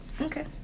Okay